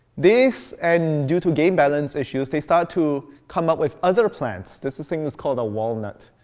this, and due to game balance issues, they started to come up with other plants. this thing is called a walnut,